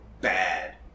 bad